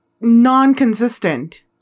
non-consistent